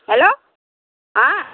hello हँ